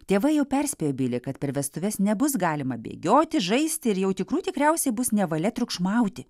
tėvai jau perspėjo bilį kad per vestuves nebus galima bėgioti žaisti ir jau tikrų tikriausiai bus nevalia triukšmauti